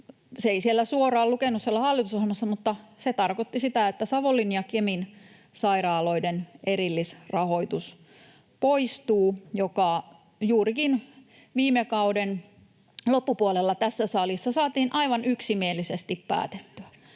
Se ei suoraan lukenut siellä hallitusohjelmassa, mutta se tarkoitti sitä, että poistuu Savonlinnan ja Kemin sairaaloiden erillisrahoitus, joka juurikin viime kauden loppupuolella tässä salissa saatiin aivan yksimielisesti päätettyä.